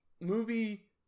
movie